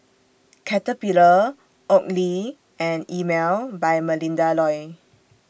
Caterpillar Oakley and Emel By Melinda Looi